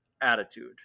attitude